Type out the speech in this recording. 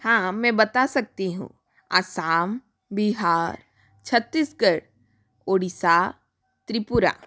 हाँ हाँ मैं बता सकती हूँ असम बिहार छत्तीसगढ़ उड़ीसा त्रिपुरा